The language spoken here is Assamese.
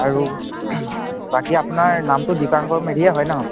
আৰু বাকী আপোনাৰ নামটো দীপাংকৰ মেধিয়ে হয় ন